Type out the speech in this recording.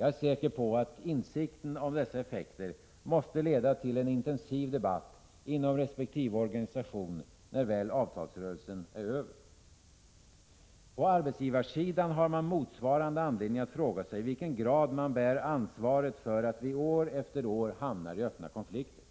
Jag är säker på att insikten om dessa effekter måste leda till en intensiv debatt inom resp. organisation när väl avtalsrörelsen är över. På arbetsgivarsidan har man motsvarande anledning att fråga sig i vilken grad man bär ansvaret för att vi år efter år hamnar i öppna konflikter.